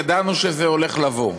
ידענו שזה הולך לבוא.